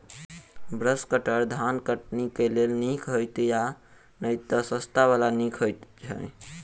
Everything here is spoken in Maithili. ब्रश कटर धान कटनी केँ लेल नीक हएत या नै तऽ सस्ता वला केँ नीक हय छै?